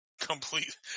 complete